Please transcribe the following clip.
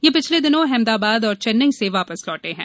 ये पिछले दिनों अहमदाबाद और चेन्नई से वापस लौटे हैं